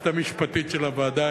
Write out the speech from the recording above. היועצת המשפטית של הוועדה,